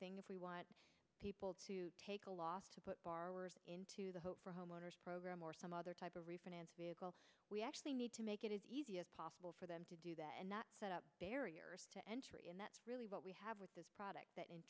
thing if we want people to take a loss to put into the hope for homeowners program or some other type of refinance vehicle we actually need to make it as easy as possible for them to do that and not set up barriers to entry and that's really what we have with this product that